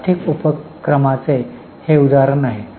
आर्थिक उपक्रमाचे हे उदाहरण आहे